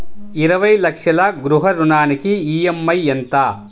ఇరవై లక్షల గృహ రుణానికి ఈ.ఎం.ఐ ఎంత?